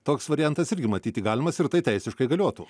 toks variantas irgi matyti galimas ir tai teisiškai galiotų